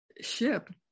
ship